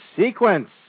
sequence